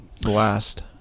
blast